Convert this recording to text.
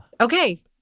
Okay